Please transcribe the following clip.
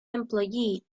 employee